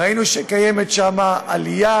ראינו שקיימת שם עלייה,